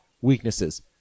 weaknesses